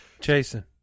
Jason